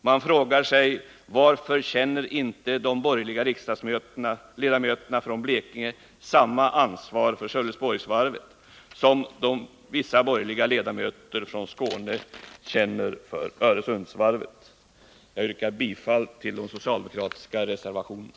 Man frågar sig: Varför känner inte de borgerliga riksdagsledamöterna från Blekinge samma ansvar för Sölvesborgsvarvet som vissa borgerliga ledamöter från Skåne känner för Öresundsvarvet? Jag yrkar bifall till de socialdemokratiska reservationerna.